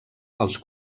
els